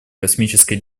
космической